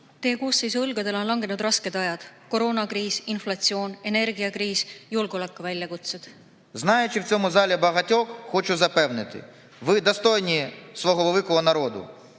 koosseisu õlgadele on langenud rasked ajad: koroonakriis, inflatsioon, energiakriis, julgeolekuväljakutsed.